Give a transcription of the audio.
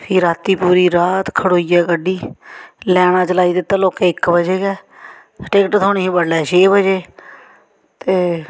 फ्ही रातीं पूरी रात खढोई कड्ढी लाइन पर रातीं इक बजे गै टिकट थ्होनी ही बडलै छै बजे ते